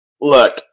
Look